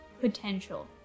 potential